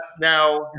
now